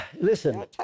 listen